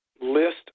list